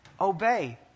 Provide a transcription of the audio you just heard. obey